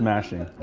smashing.